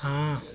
हाँ